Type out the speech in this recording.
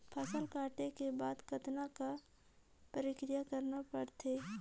फसल काटे के बाद कतना क प्रक्रिया करना पड़थे?